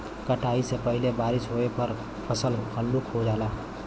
कटाई से पहिले बारिस होये पर फसल हल्लुक हो जाला